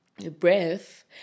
Breath